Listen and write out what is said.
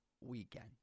weekend